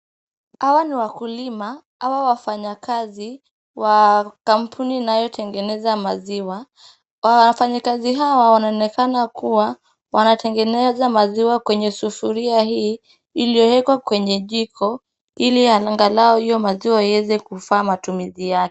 Hawa ni wakulima ama wafanyakazi wa kampuni inayotengeneza maziwa. Wafanyikazi hawa wanaonekana kuwa wanatengeneza maziwa kwenye sufuria hii iliyowekwa kwenye jiko ili angalau maziwa hiyo iweze kufaa matumizi yake.